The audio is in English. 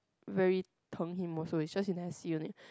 very Teng him also it's just you never see only